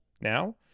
now